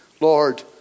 Lord